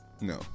No